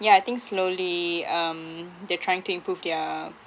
yeah I think slowly um they're trying to improve their